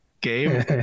game